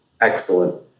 excellent